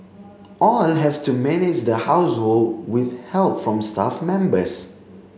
all have to manage the household with help from staff members